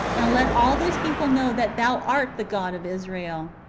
and let all this people know that thou art the god of israel.